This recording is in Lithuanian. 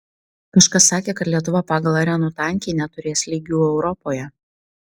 kažkas sakė kad lietuva pagal arenų tankį neturės lygių europoje